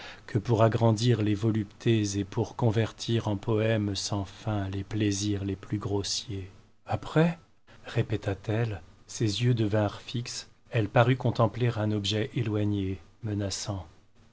que pour agrandir les voluptés et pour convertir en poèmes sans fin les plaisirs les plus grossiers après répétait elle ses yeux devinrent fixes elle parut contempler un objet éloigné menaçant